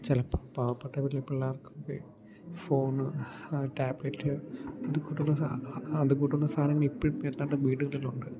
ചിലപ്പം പാവപ്പെട്ട വിട്ടിലെ പിള്ളാർക്ക് ഒക്കെ ഫോണ് ടാബ്ലറ്റ് ഇതുകൂട്ടുള്ള സ അതുകൂട്ടുള്ള സാധനം ഇപ്പോഴും എതാണ്ട് വീടുകളിലുണ്ട്